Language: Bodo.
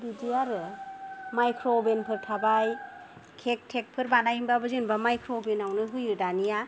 बिदि आरो माइख्र' अभेन फोर थाबाय केक थेकफोर बानायनोबाबो जेनबा माइख्र' अभेनावनो होयो दानिया